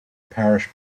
parish